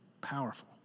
Powerful